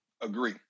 Agree